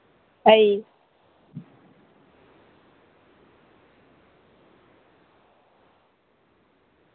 ହଇ